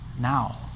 now